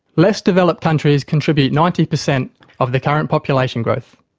less developed countries contribute ninety percent of the current population growth.